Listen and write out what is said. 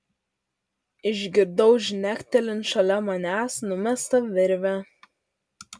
išgirdau žnektelint šalia manęs numestą virvę